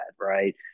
right